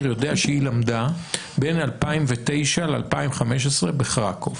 יודע שהיא למדה בין 2009 ל-2015 בחרקוב,